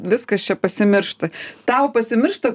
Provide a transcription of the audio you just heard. viskas čia pasimiršta tau pasimiršta